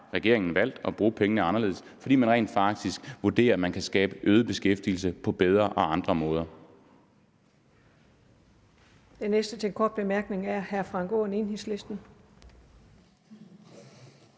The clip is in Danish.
regeringen valgt at bruge pengene anderledes, fordi man rent faktisk vurderer, at man kan skabe øget beskæftigelse på bedre og andre måder.